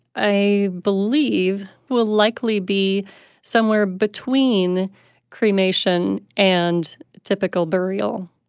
i believe, will likely be somewhere between cremation and typical burial,